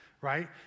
Right